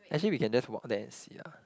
actually we can just walk there and see ah